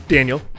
Daniel